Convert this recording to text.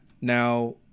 Now